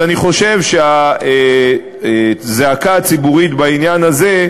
אז אני חושב שהזעקה הציבורית בעניין הזה,